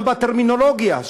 גם בטרמינולוגיה,